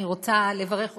אני רוצה לברך אותך,